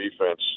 defense –